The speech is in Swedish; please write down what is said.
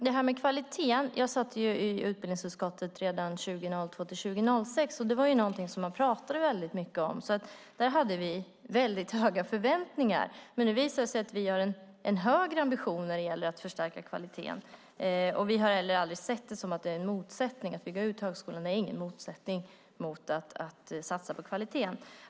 Herr talman! Jag satt i utbildningsutskottet redan 2002-2006. Kvalitet var någonting som vi pratade väldigt mycket om, och där hade vi väldigt höga förväntningar. Men nu visar det sig att vi har en högre ambition när det gäller att förstärka kvaliteten. Vi har aldrig sett det som en motsättning att fler ska kunna gå ut högskolan och att satsa på kvaliteten.